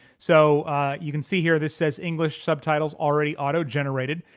so you can see here this says english subtitles already auto-generated.